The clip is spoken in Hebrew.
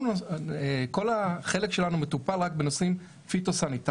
כל החלק שלנו מטופל רק בנושאים פיטוסניטריים.